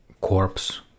corpse